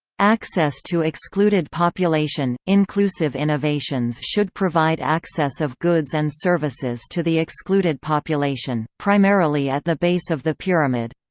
access to excluded population inclusive innovations should provide access of goods and services to the excluded population, primarily at the base of the pyramid.